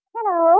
Hello